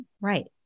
Right